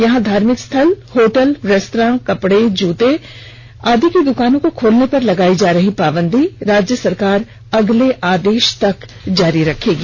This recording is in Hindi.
यहां धार्मिक स्थल होटल रेस्त्रां कपड़े जूते आदि की दुकानों के खोलने पर लगाई जा रही पावंदी राज्य सरकार अगले आदेष तक जारी रखेगी